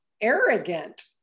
arrogant